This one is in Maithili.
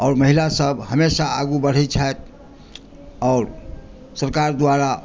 आओर महिला सभ हमेशा आगू बढ़ै छथि आओर सरकार द्वारा